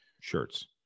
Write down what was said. shirts